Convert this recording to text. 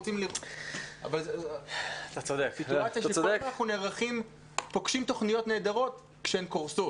אבל הסיטואציה שכל יום אנחנו פוגשים תוכניות נהדרות כשהן קורסות.